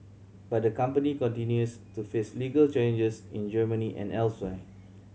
but the company continues to face legal challenges in Germany and elsewhere